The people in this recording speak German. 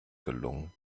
gelungen